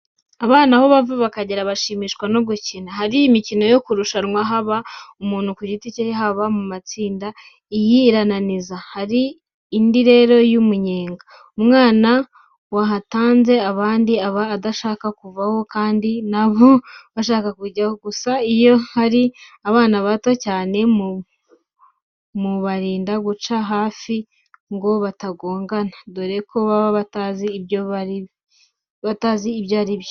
Abana aho bava bakagera bashimishwa no gukina. Hari imikino yo kurushanwa haba umuntu ku giti cye, haba mu matsinda. Iyi irananiza. Hari indi rero y'umunyenga. Umwana wahatanze abandi aba adashaka kuvaho kandi na bo bashaka kujyaho. Gusa iyo hari abana bato cyane mubarinda guca hafi ngo batabagonga, dore ko baba batazi ibyo ari byo.